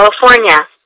California